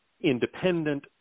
independent